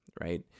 Right